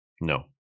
no